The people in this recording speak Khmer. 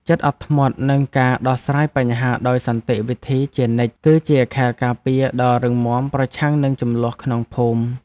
ចិត្តអត់ធ្មត់និងការដោះស្រាយបញ្ហាដោយសន្តិវិធីជានិច្ច គឺជាខែលការពារដ៏រឹងមាំប្រឆាំងនឹងជម្លោះក្នុងភូមិ។